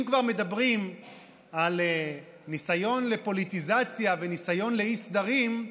אם כבר מדברים על ניסיון לפוליטיזציה וניסיון לאי-סדרים,